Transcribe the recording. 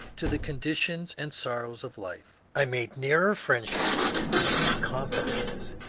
to the conditions and sor rows of life. i made nearer friendships, received confidences,